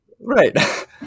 Right